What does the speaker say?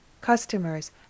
customers